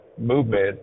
movement